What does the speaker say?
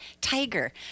Tiger